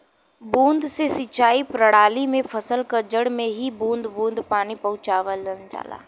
बूंद से सिंचाई प्रणाली में फसल क जड़ में ही बूंद बूंद पानी पहुंचावल जाला